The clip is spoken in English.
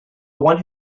one